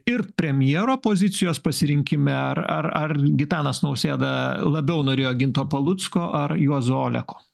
ir premjero pozicijos pasirinkime ar ar ar gitanas nausėda labiau norėjo ginto palucko ar juozo oleko